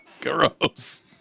Gross